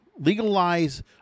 legalize